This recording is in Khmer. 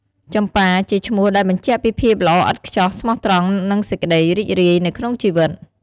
ចំប៉ា ជាឈ្មោះដែលបញ្ជាក់ពីភាពល្អឥតខ្ចោះ ស្មោះត្រង់ និងសេចក្តីរីករាយនៅក្នុងជីវិត។